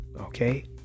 okay